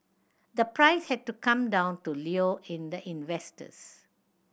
the price had to come down to lure in the investors